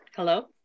hello